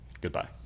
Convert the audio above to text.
Goodbye